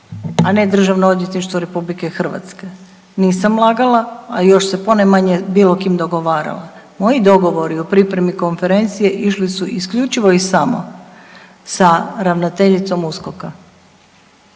a ne Državno odvjetništvo RH, nisam lagala, a još se ponajmanje s bilo kim dogovarala. Moji dogovori o pripremi konferencije išli su isključivo i samo sa ravnateljicom USKOK-a.